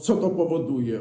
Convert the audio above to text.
Co to powoduje?